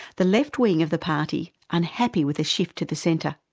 the left-wing of the party, unhappy with the shift to the centre,